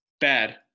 Bad